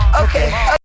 Okay